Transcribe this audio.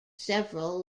several